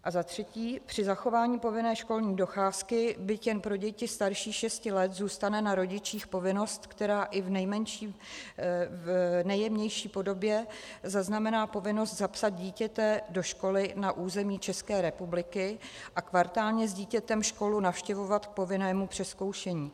A za třetí, při zachování povinné školní docházky byť jen pro děti starší šesti let zůstane na rodičích povinnost, která i v nejjemnější podobě znamená povinnost zapsat dítě do školy na území České republiky a kvartálně s dítětem školu navštěvovat k povinnému přezkoušení.